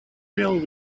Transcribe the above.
will